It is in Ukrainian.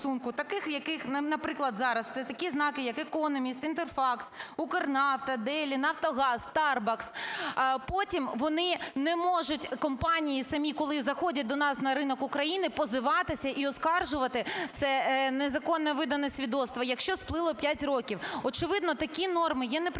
Таких, яких, наприклад, зараз це такі знаки, як "Економіст", "Інтерфакс", "Укрнафта", "Дейлі", "Нафтогаз", "Старбакс". Потім вони не можуть, компанії самі, коли заходять на ринок України, позиватися і оскаржувати це незаконно видане свідоцтво, якщо сплило 5 років. Очевидно такі норми є неприпустимими